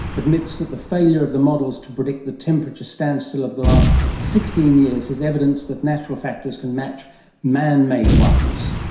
admits that the failure of the models to predict the temperature standstill of the last sixteen years is evidence that natural factors can match man-made ones.